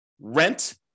rent